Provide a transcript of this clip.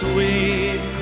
Sweet